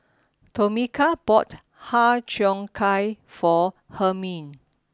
Tomeka bought Har Cheong Gai for Hermine